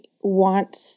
want